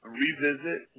revisit